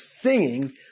singing